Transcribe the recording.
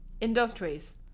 industries